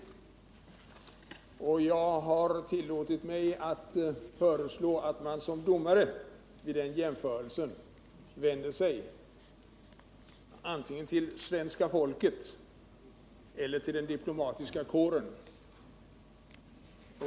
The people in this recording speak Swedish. Jag har tillåtit mig föreslå att man som domare vid den jämförelsen anlitar antingen svenska folket eller den diplomatiska kåren.